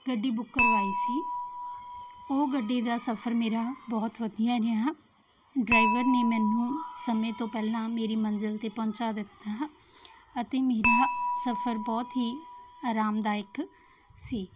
ਗੱਡੀ ਬੁੱਕ ਕਰਵਾਈ ਸੀ ਉਹ ਗੱਡੀ ਦਾ ਸਫਰ ਮੇਰਾ ਬਹੁਤ ਵਧੀਆ ਰਿਹਾ ਡਰਾਈਵਰ ਨੇ ਮੈਨੂੰ ਸਮੇਂ ਤੋਂ ਪਹਿਲਾਂ ਮੇਰੀ ਮੰਜ਼ਿਲ 'ਤੇ ਪਹੁੰਚਾ ਦਿੱਤਾ ਅਤੇ ਮੇਰਾ ਸਫਰ ਬਹੁਤ ਹੀ ਅਰਾਮਦਾਇਕ ਸੀ